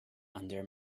under